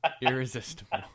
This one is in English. irresistible